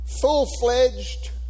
full-fledged